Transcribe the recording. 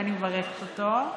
ואני מברכת אותו.